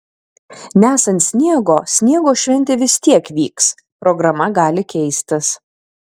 nesant sniego sniego šventė vis tiek vyks programa gali keistis